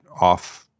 off